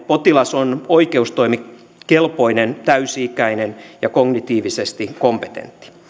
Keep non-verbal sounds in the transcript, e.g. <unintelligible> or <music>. <unintelligible> potilas on oikeustoimikelpoinen täysi ikäinen ja kognitiivisesti kompetentti